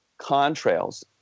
contrails